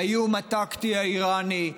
האיום הטקטי האיראני,